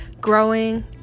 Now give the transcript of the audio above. growing